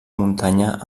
muntanya